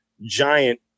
giant